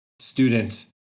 student